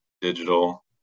digital